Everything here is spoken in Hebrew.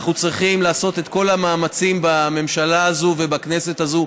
אנחנו צריכים לעשות את כל המאמצים בממשלה הזו ובכנסת הזו,